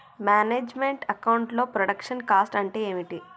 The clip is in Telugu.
మేనేజ్ మెంట్ అకౌంట్ లో ప్రొడక్షన్ కాస్ట్ అంటే ఏమిటి?